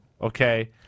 okay